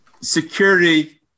Security